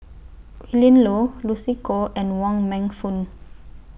Willin Low Lucy Koh and Wong Meng Voon